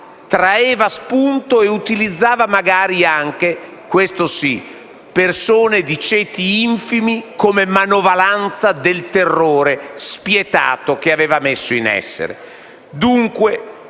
traeva spunto e utilizzava anche persone di ceti infimi come manovalanza del terrore spietato che aveva messo in essere? Dunque,